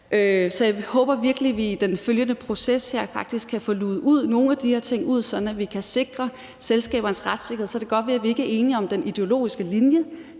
Så jeg håber virkelig, at vi i den følgende proces her faktisk kan få luget nogle af de her ting ud, sådan at vi kan sikre selskabernes retssikkerhed. Det kan da godt være, vi ikke er enige om den ideologiske linje,